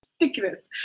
Ridiculous